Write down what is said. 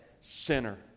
sinner